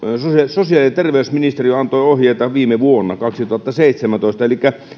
sosiaali ja terveysministeriö antoi ohjeita viime vuonna kaksituhattaseitsemäntoista